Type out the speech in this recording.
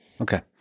Okay